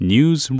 News